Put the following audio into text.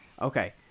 Okay